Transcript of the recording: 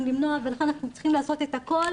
למנוע ולכן אנחנו צריכים לעשות את הכל